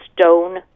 stone